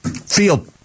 Field